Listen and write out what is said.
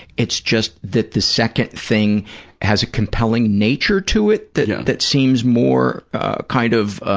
it's just that the second thing has a compelling nature to it that that seems more kind of,